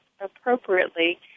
appropriately